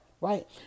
right